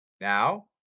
Now